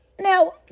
Now